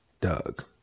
Doug